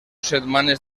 setmanes